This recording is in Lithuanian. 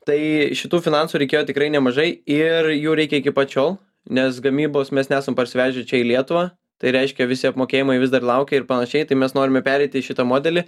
tai šitų finansų reikėjo tikrai nemažai ir jų reikia iki pat šiol nes gamybos mes nesam parsivežę čia į lietuvą tai reiškia visi apmokėjimai vis dar laukia ir panašiai tai mes norime pereiti į šitą modelį